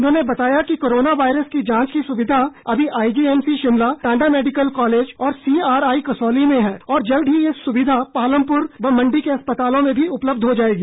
उन्होंने बताया कि कोरोना वायरस की जांच की सुविधा अभी IGMC Shimla Tanda medical college और सीआरआई कसौली में है और जल्द ही ये सुविधा पालमपुर व मंडी के अस्पतालों में भी उपलब्ध हो जाएगी